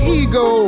ego